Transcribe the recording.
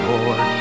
Lord